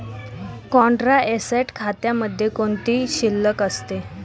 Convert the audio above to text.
Contra asset खात्यामध्ये कोणती शिल्लक असते?